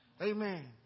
Amen